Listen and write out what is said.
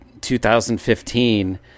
2015